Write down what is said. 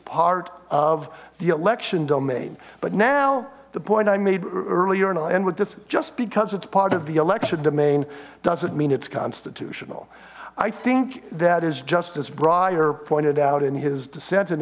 part of the election domain but now the point i made earlier and i'll end with this just because it's part of the election domain doesn't mean it's constitutional i think that as justice breyer pointed out in his dissent in